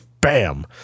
Bam